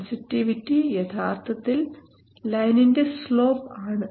sensitivity യഥാർത്ഥത്തിൽ ലൈനിന്റെ slope ആണ്